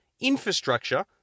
infrastructure